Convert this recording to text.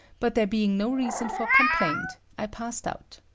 but there being no reason for complaint, i passed out.